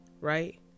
right